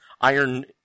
Iron